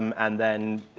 um and then